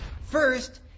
First